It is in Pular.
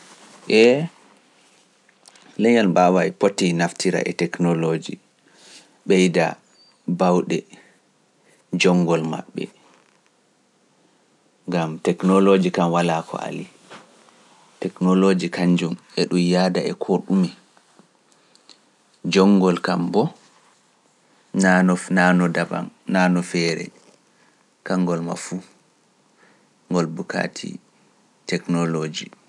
E leñyol mbaawai, poti naftira e teknoloji, ɓeyda baawɗe jonngol maɓɓe, ngam teknoloji kam walaa ko ali, teknoloji kanjum eɗum yaada e ko dume, jonngol bo naa no daban e ngol bukati technology